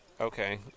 Okay